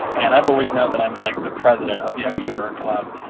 and i've always known that i'm, like, the president of the extrovert club.